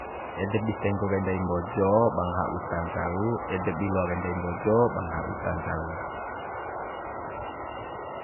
Edep di tenggo kai ndai mbojo ba ngaha uta ncau ede di loa kai ndai mbojo ba ngaha uta ncau